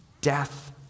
death